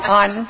on